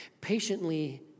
patiently